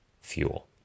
fuel